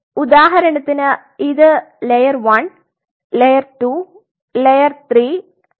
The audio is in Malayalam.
അതിനാൽ ഉദാഹരണത്തിന് ഇത് ലെയർ 1 ലെയർ 2 ലെയർ 3 ലെയർ 4